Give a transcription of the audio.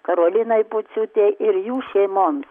karolinai pociūtei ir jų šeimoms